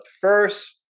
first